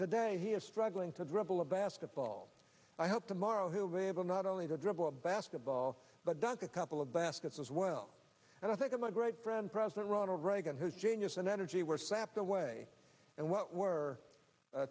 today he is struggling to dribble a basketball i hope tomorrow he'll be able not only to dribble of basketball but dunk a couple of baskets as well and i think i'm a great friend president ronald reagan whose genius and energy were sapped the way and what were